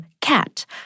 Cat—